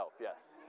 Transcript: yes